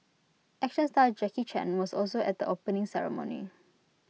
action star Jackie chan was also at the opening ceremony